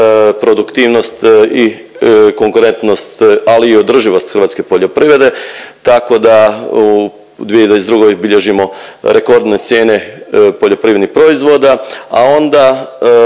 produktivnost i konkurentnost, ali i održivost hrvatske poljoprivrede, tako da u 2022l bilježimo rekordne cijene poljoprivrednih proizvoda, a onda